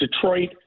Detroit